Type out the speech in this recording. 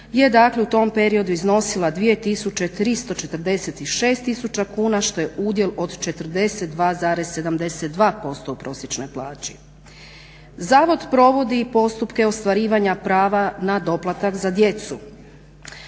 je dakle u tom periodu iznosila 2346 tisuća kuna što je udjel od 42,72% u prosječnoj plaći. Zavod provodi i postupke ostvarivanja prava na doplatak za djecu.